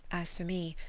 as for me,